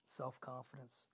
self-confidence